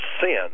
sin